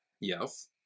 Yes